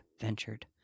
ventured